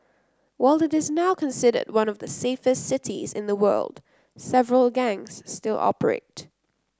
while it is now considered one of the safest cities in the world several gangs still operate